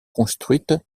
construites